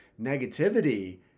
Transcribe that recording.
negativity